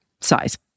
size